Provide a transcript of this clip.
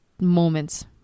moments